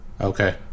okay